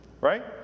right